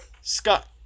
Scott